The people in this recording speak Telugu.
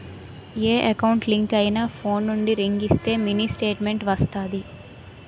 ఏ ఎకౌంట్ లింక్ అయినా ఫోన్ నుండి రింగ్ ఇస్తే మినీ స్టేట్మెంట్ వస్తాది